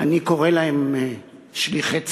אני קורא להם שליחי ציבור,